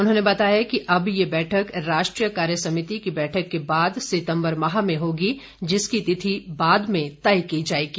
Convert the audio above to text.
उन्होंने बताया कि अब ये बैठक राष्ट्रीय कार्यसमिति की बैठक के बाद सितम्बर माह में होगी जिसकी तिथि बाद में तय की जाएगी